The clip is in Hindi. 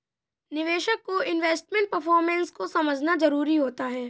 निवेशक को इन्वेस्टमेंट परफॉरमेंस को समझना जरुरी होता है